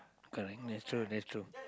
correct that's true that's true